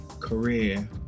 career